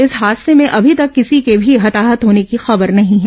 इस हादसे में अभी तक किसी के भी हताहत होने की खबर नहीं है